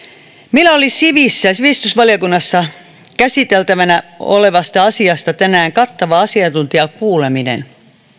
meillä oli sivistysvaliokunnassa käsiteltävänä olevasta asiasta tänään kattava asiantuntijakuuleminen